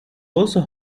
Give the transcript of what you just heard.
also